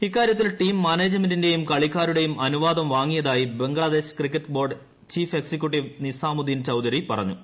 ഇക്കാര്യത്തിൽ ടീം മാനേജ്മെന്റിന്റേയും കളിക്കാരുടെയും അനുവാദം വാങ്ങിയതായി Bangladesh cricket board chief executive Nizamuddin Chowdhury പറഞ്ഞു